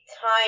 time